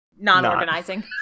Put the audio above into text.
non-organizing